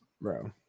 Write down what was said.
bro